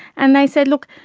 and they said, look,